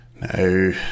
no